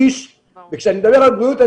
כשאני מדבר על בריאות,